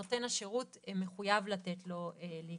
נותן השירות מחויב לתת לו להיכנס.